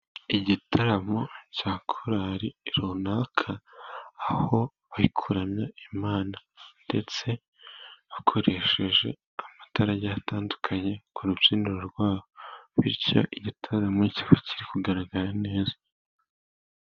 Igitaramo cya korali runaka aho bari kuranamya Imana, ndetse bakoresheje amatara agiye atandukanye ku rubyiniro rwabo, bityo igitaramo kiba kiri kugaragara neza.